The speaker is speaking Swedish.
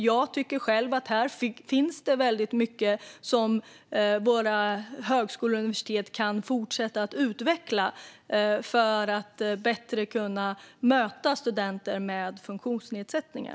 Jag tycker själv att det finns väldigt mycket som våra högskolor och universitet kan fortsätta att utveckla för att bättre kunna möta studenter med funktionsnedsättningar.